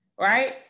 right